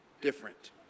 different